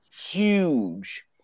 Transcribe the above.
huge